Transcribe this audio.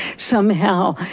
somehow,